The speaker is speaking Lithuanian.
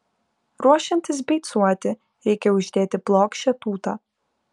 ruošiantis beicuoti reikia uždėti plokščią tūtą